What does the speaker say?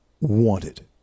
wanted